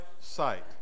sight